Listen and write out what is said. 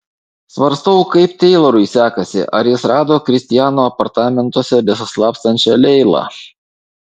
svarstau kaip teilorui sekasi ar jis rado kristiano apartamentuose besislapstančią leilą